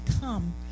come